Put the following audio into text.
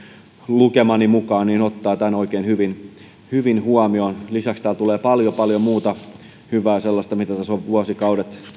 lukemani mukaan ottaa tämän oikein hyvin hyvin huomioon lisäksi täällä tulee paljon paljon muuta sellaista hyvää mitä tässä on vuosikaudet